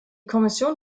kommission